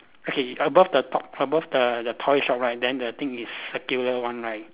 okay above the top above the the toy shop right then the thing is circular one right